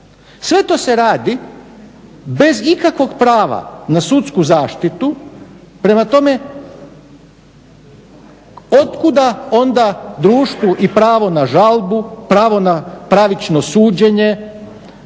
Sve to se radi bez ikakvog prava na sudsku zaštitu. Prema tome, otkuda onda društvu i pravo na žalbu, pravo na pravično suđenje?